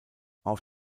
auf